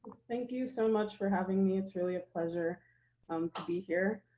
thank you so much for having me. it's really a pleasure um to be here,